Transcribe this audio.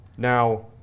Now